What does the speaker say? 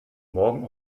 morgen